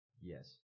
Yes